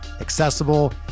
accessible